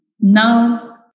now